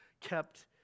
kept